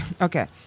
Okay